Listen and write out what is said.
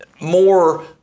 More